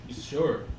Sure